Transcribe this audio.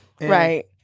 Right